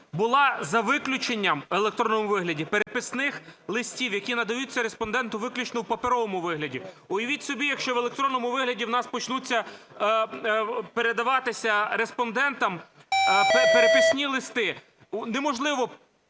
була за виключенням в електронному вигляді переписних листів, які надаються респонденту виключно у паперовому вигляді. Уявіть собі, якщо в електронному вигляді в нас почнуться передаватися респондентам переписні листи. Неможливо